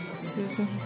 Susan